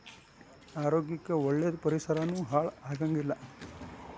ಆರೋಗ್ಯ ಕ್ಕ ಒಳ್ಳೇದ ಪರಿಸರಾನು ಹಾಳ ಆಗಂಗಿಲ್ಲಾ